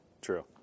True